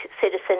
citizen